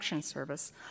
service